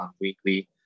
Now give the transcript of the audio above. weekly